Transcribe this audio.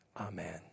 Amen